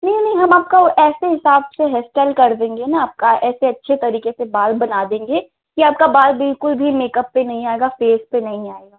नहीं नहीं हम आपका ऐसे हिसाब से हेयर इस्टाइल कर देंगे ना आपका ऐसे अच्छे तरीके से बाल बना देंगे कि आपका बाल बिल्कुल भी मेकअप पर नही आएगा फ़ेस पर नहीं आएगा